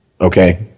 okay